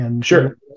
Sure